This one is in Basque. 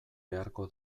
beharko